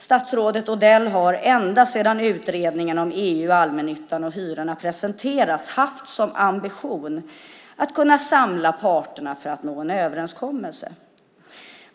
Statsrådet Odell har ända sedan utredningen om EU, allmännyttan och hyrorna presenterades haft som ambition att kunna samla parterna för att nå en överenskommelse.